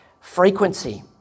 frequency